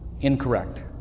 Incorrect